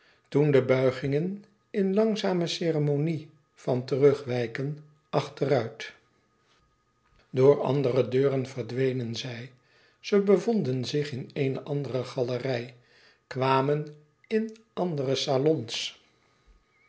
toen de buigingen in langzame ceremonie van terugwijken achteruit door andere deuren verdwenen zij ze bevonden zich in eene andere galerij kwamen in andere salons